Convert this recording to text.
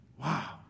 Wow